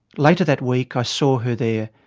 later that week i saw her there.